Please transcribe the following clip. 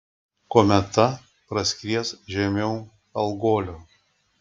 kometa praskries žemiau algolio